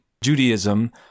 Judaism